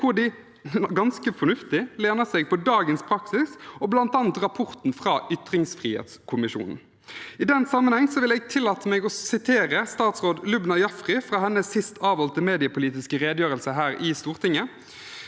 hvor de, ganske fornuftig, lener seg på dagens praksis og bl.a. rapporten fra ytringsfrihetskommisjonen. I den sammenhengen vil jeg tillate meg å sitere statsråd Lubna Jaffery fra hennes sist avholdte mediepolitiske redegjørelse her i Stortinget: